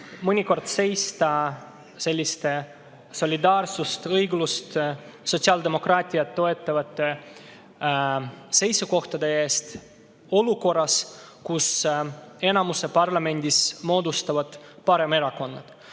mõnikord seista selliste solidaarsust, õiglust ja sotsiaaldemokraatiat toetavate seisukohtade eest olukorras, kus parlamendi enamuse moodustavad paremerakonnad.